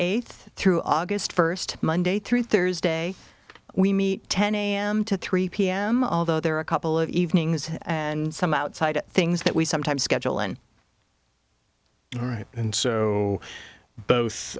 eighth through august first monday through thursday we meet ten am to three pm although there are a couple of evenings and some outside things that we sometimes schedule and all right and so